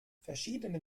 verschiedene